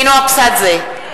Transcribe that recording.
(קוראת בשמות חברי הכנסת) נינו אבסדזה,